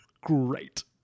great